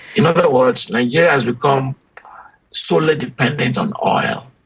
in other words, nigeria has become solely dependent on oil.